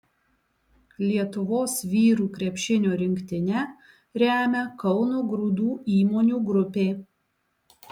lietuvos vyrų krepšinio rinktinę remia kauno grūdų įmonių grupė